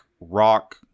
rock